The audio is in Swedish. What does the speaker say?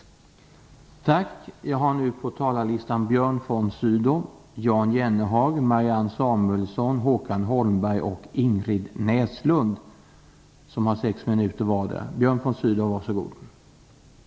Jennehag i stället fick delta i överläggningen.